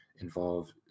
involved